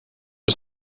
was